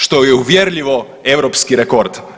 Što je uvjerljivo europski rekord.